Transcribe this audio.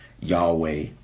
Yahweh